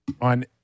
on